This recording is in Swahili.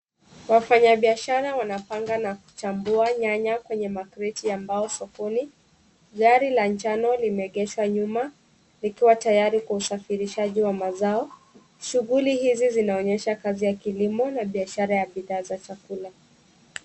Wafanyabiashara wanapanga na kuchambua nyanya kwenye makreti ya mbao sokoni. Gari la njano limeegeshwa nyuma likiwa tayari kwa usafirishaji wa mazao. Shughuli hizi zinaonyesha kazi ya kilimo na biashara ya bidhaa za chakula.